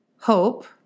Hope